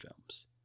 films